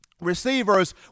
receivers